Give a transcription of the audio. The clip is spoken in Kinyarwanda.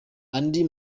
andi